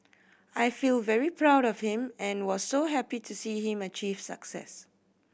I feel very proud of him and was so happy to see him achieve success